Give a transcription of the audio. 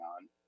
on